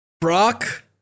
Brock